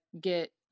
get